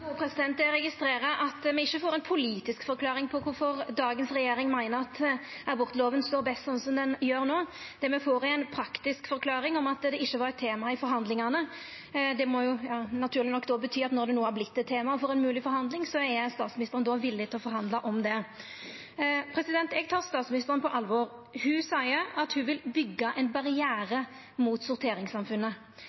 Eg registrerer at me ikkje får ei politisk forklaring på kvifor dagens regjering meiner at abortloven står best slik som han gjer no. Det me får, er ei praktisk forklaring om at det ikkje var eit tema i forhandlingane. Det må naturleg nok bety at når det no har vorte eit tema for ei mogleg forhandling, er statsministeren villig til å forhandla om det. Eg tek statsministeren på alvor. Ho seier at ho vil byggja ein